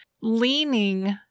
leaning